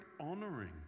honoring